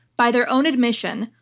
by their own admission,